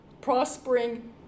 prospering